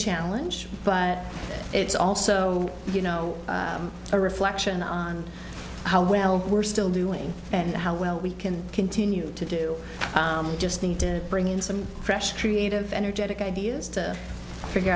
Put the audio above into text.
challenge but it's also you know a reflection on how well we're still doing and how well we can continue to do we just need to bring in some fresh creative energetic ideas to figure